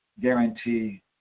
guarantee